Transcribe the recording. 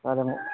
సరే